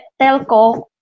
Telco